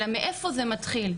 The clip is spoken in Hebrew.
אלא מאיפה זה מתחיל.